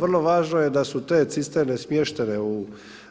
Vrlo važno je da su te cisterne smještene u